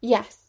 Yes